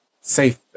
safe